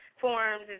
forms